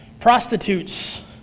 prostitutes